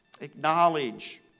acknowledge